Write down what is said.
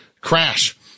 crash